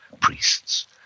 priests